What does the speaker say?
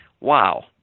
wow